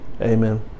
Amen